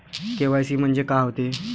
KYC म्हंनजे का होते?